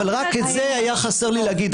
אבל רק את זה היה חסר לי להגיד.